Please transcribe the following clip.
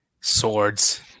Swords